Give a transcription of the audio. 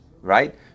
right